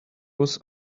was